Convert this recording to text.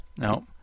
No